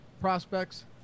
prospects